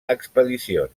expedicions